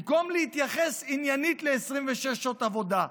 במקום להתייחס עניינית ל-26 שעות עבודה,